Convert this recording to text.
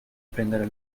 prendere